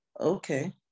Okay